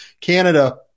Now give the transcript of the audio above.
canada